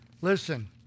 Listen